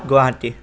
Guwahati